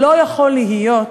לא יכול להיות,